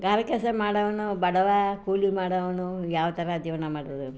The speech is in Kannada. ಗಾರೆ ಕೆಲಸ ಮಾಡೋನು ಬಡವ ಕೂಲಿ ಮಾಡೋನು ಯಾವ ಥರ ಜೀವನ